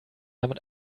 damit